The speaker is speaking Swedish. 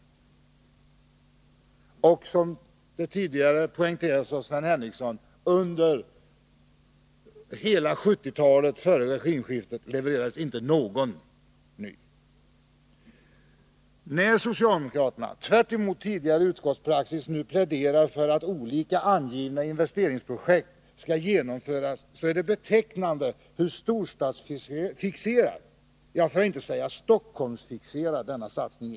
Som Sven Henricsson tidigare poängterade levererades inte någon ny vagn under hela 1970-talet före regimskiftet. När socialdemokraterna — tvärtemot tidigare utskottspraxis — nu pläderar för att olika angivna investeringsprojekt skall genomföras, är det betecknande hur storstadsfixerad, för att inte säga Stockholmsfixerad, denna satsning är.